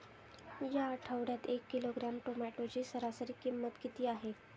या आठवड्यात एक किलोग्रॅम टोमॅटोची सरासरी किंमत किती आहे?